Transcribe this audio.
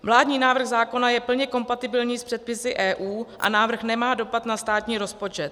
Vládní návrh zákona je plně kompatibilní s předpisy EU a návrh nemá dopad na státní rozpočet.